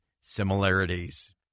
similarities